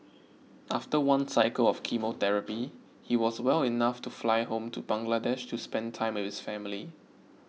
after one cycle of chemotherapy he was well enough to fly home to Bangladesh to spend time with his family